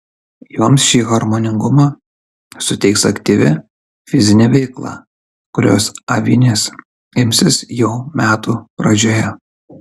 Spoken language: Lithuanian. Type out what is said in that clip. joms šį harmoningumą suteiks aktyvi fizinė veikla kurios avinės imsis jau metų pradžioje